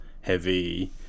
heavy